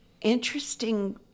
interesting